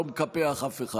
לא מקפח אף אחד,